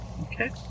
Okay